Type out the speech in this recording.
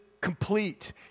complete